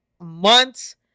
months